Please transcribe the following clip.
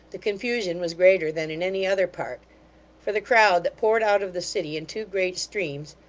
the confusion was greater than in any other part for the crowd that poured out of the city in two great streams,